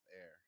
air